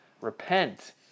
repent